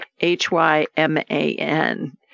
H-Y-M-A-N